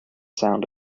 sound